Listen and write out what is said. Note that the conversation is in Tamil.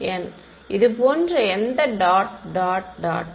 மாணவர் n இது போன்ற எந்த டாட் டாட் டாட்